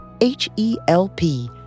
H-E-L-P